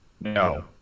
No